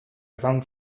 izan